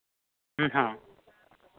ᱦᱮᱸ